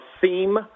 theme